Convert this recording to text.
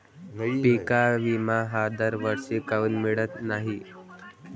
पिका विमा हा दरवर्षी काऊन मिळत न्हाई?